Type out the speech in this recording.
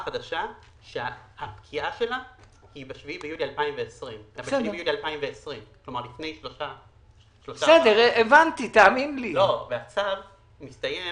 חדשה שהפקיעה שלה היא ב-7 ביולי 2020. הצו מסתיים